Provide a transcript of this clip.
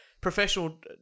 professional